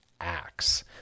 acts